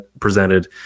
presented